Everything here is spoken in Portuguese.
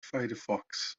firefox